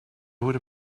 would